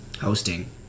hosting